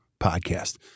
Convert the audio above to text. podcast